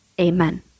amen